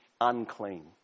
unclean